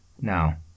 Now